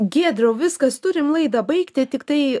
giedriau viskas turim laidą baigti tiktai